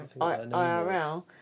IRL